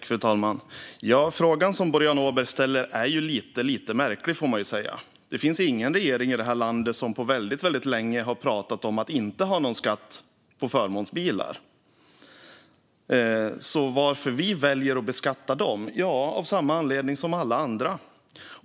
Fru talman! Frågan som Boriana Åberg ställer är lite märklig, får jag lov att säga. Det finns inte någon regering i det här landet som på väldigt länge har pratat om att inte ha någon skatt på förmånsbilar. Att vi väljer att beskatta dem är av samma anledning som alla andra.